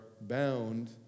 bound